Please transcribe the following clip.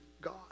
God